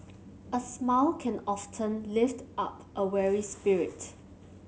a smile can often lift up a weary spirit